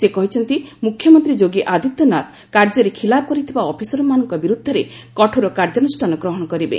ସେ କହିଛନ୍ତି ମୁଖ୍ୟମନ୍ତ୍ରୀ ଯୋଗୀ ଆଦିତ୍ୟନାଥ କାର୍ଯ୍ୟରେ ଖିଲାପ କରିଥିବା ଅଫିସରମାନଙ୍କ ବିରୁଦ୍ଧରେ କଠୋର କାର୍ଯ୍ୟାନୁଷ୍ଠାନ ଗ୍ରହଣ କରିବେ